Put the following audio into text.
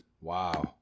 Wow